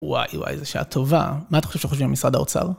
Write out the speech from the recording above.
וואי וואי איזה שעה טובה, מה אתה חושב שחושבים על משרד האוצר?